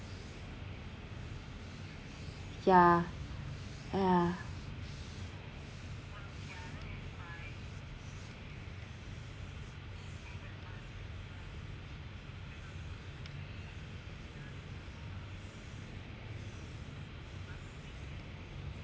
yeah yeah